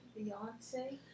Beyonce